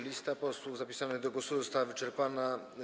Lista posłów zapisanych do głosu została wyczerpana.